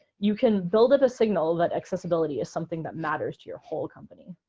you can build up a signal that accessibility is something that matters to your whole company.